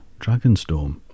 Dragonstorm